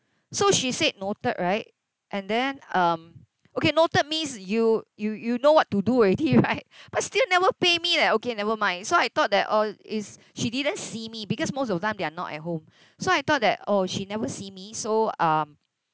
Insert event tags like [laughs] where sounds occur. so she said noted right and then um okay noted means you you you know what to do already right [laughs] but still never pay me leh okay nevermind so I thought that oh is she didn't see me because most of the time they are not at home so I thought that oh she never see me so um